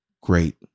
great